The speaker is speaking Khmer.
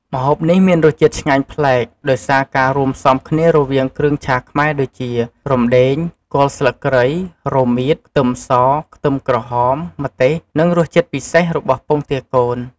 ម្ហូបនេះមានរសជាតិឆ្ងាញ់ប្លែក ដោយសារការរួមផ្សំគ្នារវាង គ្រឿងឆាខ្មែរដូចជា រំដេង គល់ស្លឹកគ្រៃ រមៀត ខ្ទឹមស ខ្ទឹមក្រហម ម្ទេស និង រសជាតិពិសេសរបស់ពងទាកូន។